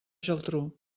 geltrú